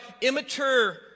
immature